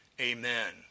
amen